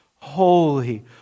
holy